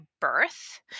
birth